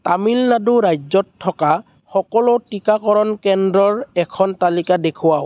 তামিলনাডু ৰাজ্যত থকা সকলো টিকাকৰণ কেন্দ্ৰৰ এখন তালিকা দেখুৱাওঁক